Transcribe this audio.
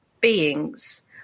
beings